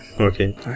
Okay